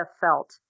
felt